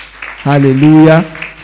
Hallelujah